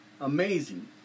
amazing